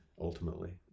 ultimately